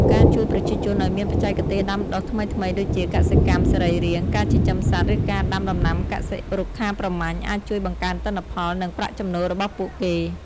ការជួយប្រជាជនឱ្យមានបច្ចេកទេសដាំដុះថ្មីៗដូចជាកសិកម្មសរីរាង្គ ការចិញ្ចឹមសត្វ ឬការដាំដំណាំកសិ-រុក្ខាប្រមាញ់អាចជួយបង្កើនទិន្នផល និងប្រាក់ចំណូលរបស់ពួកគេ។